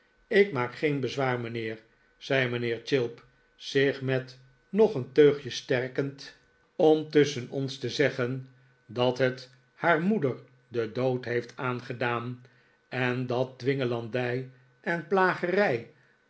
ik maak geen bezwaar mijnheer zei mijnheer chillip zich met nog een teugje sterkend om tusschen ons te zeggen dat het haar moeder den dood heeft aangedaan en dat dwingelandij en plagerij